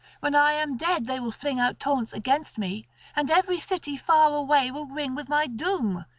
when i am dead, they will fling out taunts against me and every city far away will ring with my doom,